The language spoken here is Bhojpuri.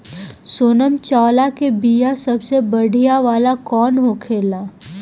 सोनम चावल के बीया सबसे बढ़िया वाला कौन होखेला?